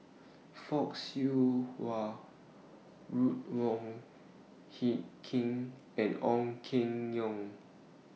Fock Siew Wah Ruth Wong Hie King and Ong Keng Yong